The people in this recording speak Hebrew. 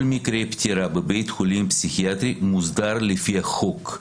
כל מקרה פטירה בבית חולים פסיכיאטרי מוסדר לפי החוק.